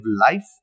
life